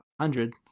hundred